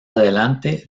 adelante